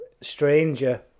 stranger